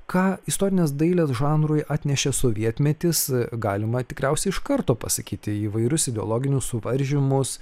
ką istorinės dailės žanrui atnešė sovietmetis galima tikriausiai iš karto pasakyti įvairius ideologinius suvaržymus